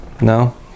No